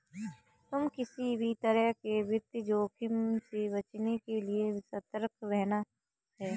तुम किसी भी तरह के वित्तीय जोखिम से बचने के लिए सतर्क रहना